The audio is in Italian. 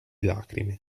lacrime